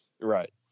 Right